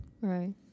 Right